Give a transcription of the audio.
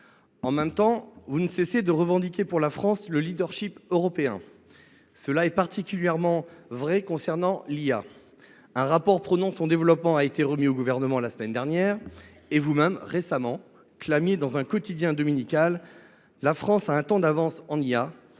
En même temps, vous ne cessez de revendiquer pour la France le leadership européen. Cela est particulièrement vrai concernant l’intelligence artificielle (IA). Un rapport prônant son développement a été remis au Gouvernement la semaine dernière et vous même clamiez récemment dans un quotidien dominical :« La France a un temps d’avance en IA.